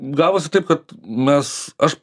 gavosi taip kad mes aš